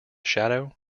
shadow